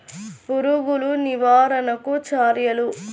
పురుగులు నివారణకు చర్యలు?